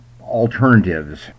alternatives